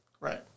Right